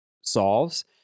solves